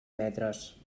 metres